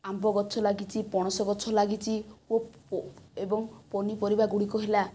ଆମ୍ବ ଗଛ ଲାଗିଛି ପଣସ ଗଛ ଲାଗିଛି ଓ ପ ଏବଂ ପନିପରିବାଗୁଡ଼ିକ ହେଲା